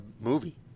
movie